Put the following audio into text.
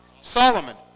Solomon